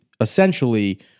essentially